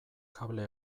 kable